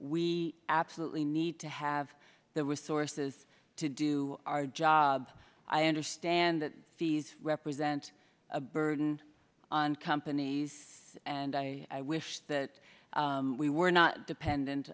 we absolutely need to have the resources to do our job i understand that fees represent a burden on companies and i wish that we were not dependent